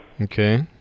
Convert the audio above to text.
Okay